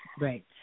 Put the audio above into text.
right